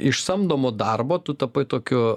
iš samdomo darbo tu tapai tokiu